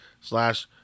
slash